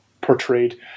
portrayed